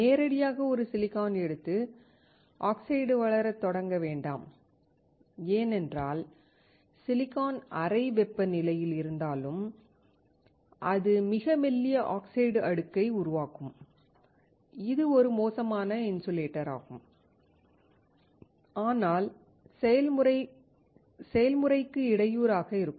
நேரடியாக ஒரு சிலிக்கான் எடுத்து ஆக்சைடு வளரத் தொடங்க வேண்டாம் ஏனென்றால் சிலிக்கான் அறை வெப்பநிலையில் இருந்தாலும் அது மிக மெல்லிய ஆக்சைடு அடுக்கை உருவாக்கும் இது ஒரு மோசமான இன்சுலேட்டராகும் ஆனால் செயல்முறைக்கு இடையூறாக இருக்கும்